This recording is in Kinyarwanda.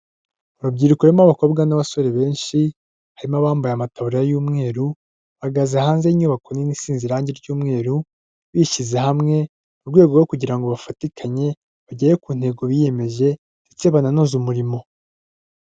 Urubyiruko rurimo abakobwa n'abasore benshi harimo abambaye amataburiya y'umweru, bahagaze hanze y'inyubako nini isize irangi ry'umweru, bishyize hamwe mu rwego rwo kugira ngo bafatikanye bagere ku ntego biyemeje ndetse bananoze umurimo.